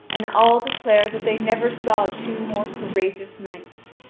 and all declare that they never saw two more courageous knights.